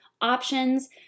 options